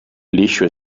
liscio